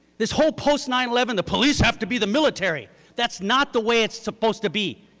this whole post nine eleven, the police have to be the military. that's not the way it's supposed to be.